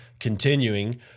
Continuing